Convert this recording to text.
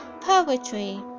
poetry